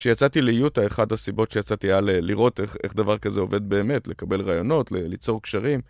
כשיצאתי ליוטה אחד הסיבות שיצאתי היה לראות איך דבר כזה עובד באמת, לקבל רעיונות, ליצור קשרים.